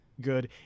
good